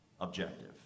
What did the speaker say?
objective